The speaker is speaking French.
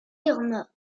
irma